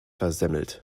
versemmelt